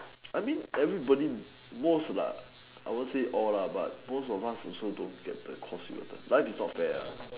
I mean everybody most lah I won't say all lah but most of us also don't get the course that we wanted life is not fair lah